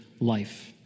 life